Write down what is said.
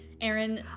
Aaron